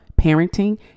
parenting